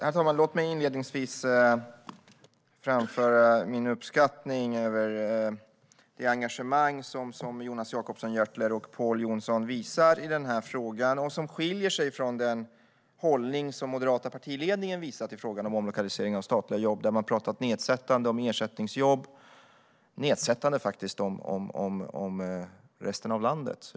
Herr talman! Låt mig inledningsvis framföra min uppskattning över det engagemang som Jonas Jacobsson Gjörtler och Pål Jonson visar i denna fråga och som skiljer sig från den hållning som den moderata partiledningen har visat i frågan om omlokalisering av statliga jobb. Man har pratat nedsättande om ersättningsjobb och faktiskt om resten av landet.